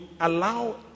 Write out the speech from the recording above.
allow